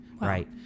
Right